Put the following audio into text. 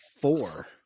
four